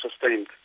sustained